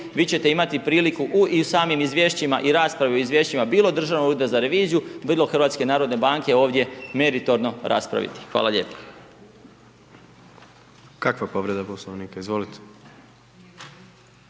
vi ćete imati priliku u i u samim izvješćima i raspravi u izvješćima bilo Državnog ureda za reviziju, bilo HNB-a ovdje meritorno raspraviti. Hvala lijepa. **Jandroković, Gordan